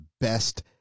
best